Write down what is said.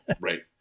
Right